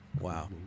Wow